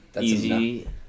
easy